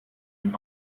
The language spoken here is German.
den